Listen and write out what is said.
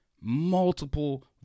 multiple